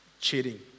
cheating